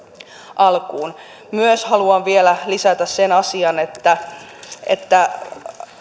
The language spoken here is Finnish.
alkuun haluan vielä lisätä myös sen asian että että